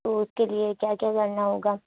تو اُس کے لیے کیا کیا کرنا ہوگا